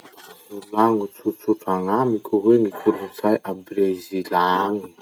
Mba volagno tsotsotra gn'amiko hoe gny kolotsay a Brezila agny?